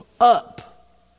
up